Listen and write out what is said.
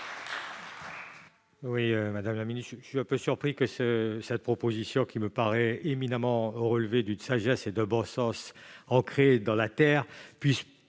vote. Madame la ministre, je suis un peu surpris que cette proposition, qui me paraît relever éminemment d'une sagesse et d'un bon sens ancrés dans la terre, puisse